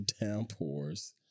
downpours